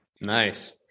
Nice